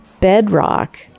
bedrock